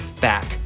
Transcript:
back